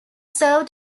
serve